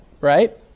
right